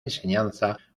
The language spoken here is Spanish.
enseñanza